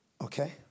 okay